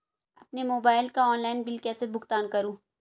अपने मोबाइल का online bill कैसे भुगतान करूं?